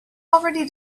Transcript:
already